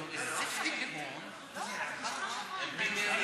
להציג לנו את החלטת ועדת הכנסת.